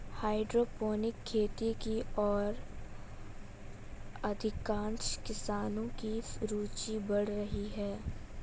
hydroponic खेती की ओर अधिकांश किसानों की रूचि बढ़ रही है